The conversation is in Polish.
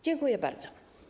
Dziękuję bardzo.